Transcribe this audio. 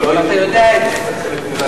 אתה יודע את זה.